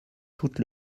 toute